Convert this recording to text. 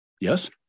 Yes